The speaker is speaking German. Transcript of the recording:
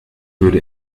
würde